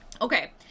okay